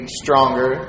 stronger